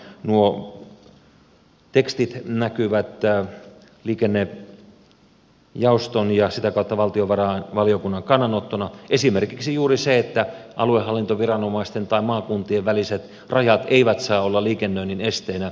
nuo tekstit näkyvät liikennejaoston ja sitä kautta valtiovarainvaliokunnan kannanottona esimerkiksi juuri se että aluehallintoviranomaisten tai maakuntien väliset rajat eivät saa olla liikennöinnin esteenä